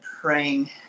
praying